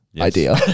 idea